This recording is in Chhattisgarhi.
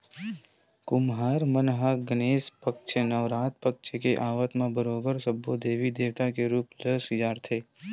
कुम्हार मन ह गनेस पक्छ, नवरात पक्छ के आवब म बरोबर सब्बो देवी देवता के रुप ल सिरजाथे